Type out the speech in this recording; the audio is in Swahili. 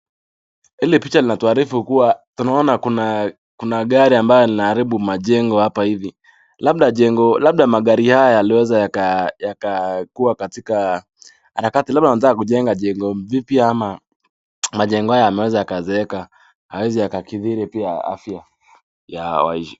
Hile picha linatuharifu kuwa tunaona kuna kuna gari ambayo inaharibu majengo hapa hivi. Labda jengo labda magari haya yaliweza yakakuwa katika harakati labda wanataka kujenga jengo vipya ama majengo haya yameweza yakaezeeka. Haiwezi yakakidhiri pia afya ya waili.